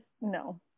no